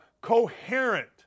coherent